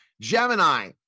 Gemini